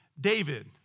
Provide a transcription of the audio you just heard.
David